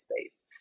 space